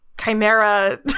chimera